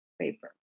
paper